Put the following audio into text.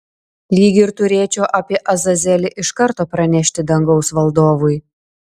lyg ir turėčiau apie azazelį iš karto pranešti dangaus valdovui